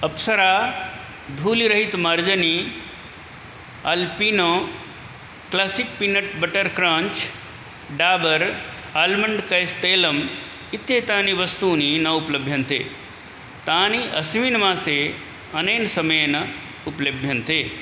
अप्सरा धूलिरहिता मार्जनी Alpino classic peanut butter crunch Dabur almond कैस् तैलम् इत्येतानि वस्तूनि न उपलभ्यन्ते तानि अस्मिन् मासे अनेन समयेन उपलभ्यन्ते